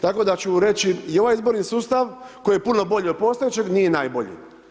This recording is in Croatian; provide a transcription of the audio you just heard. Tako da ću reći i ovaj izborni sustav, koji je puno bolji od postojećeg nije najbolji.